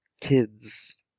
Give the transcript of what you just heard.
kids